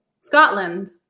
Scotland